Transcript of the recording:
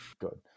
Good